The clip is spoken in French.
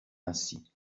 ainsi